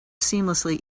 seamlessly